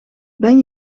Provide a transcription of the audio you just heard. ben